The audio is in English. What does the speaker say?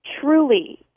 truly